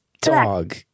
dog